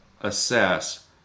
assess